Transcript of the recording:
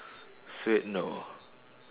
suede no